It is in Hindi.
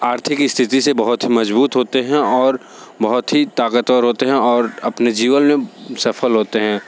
आर्थिक स्थिति से बहुत ही मजबूत होते हैं और बहुत ही ताकतवर होते हैं और अपने जीवन में सफल होते हैं